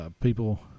people